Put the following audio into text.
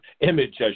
image